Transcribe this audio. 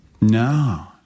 No